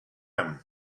him